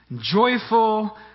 joyful